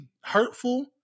hurtful